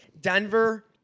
Denver